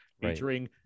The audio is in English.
featuring